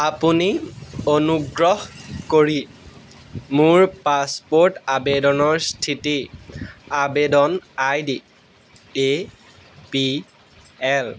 আপুনি অনুগ্ৰহ কৰি মোৰ পাছপ'ৰ্ট আবেদনৰ স্থিতি আবেদন আইডি এ পি এল